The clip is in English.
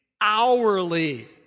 hourly